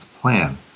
plan